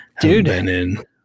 Dude